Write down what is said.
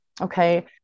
okay